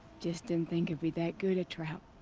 just didn't think it'd be that good a trap.